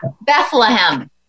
bethlehem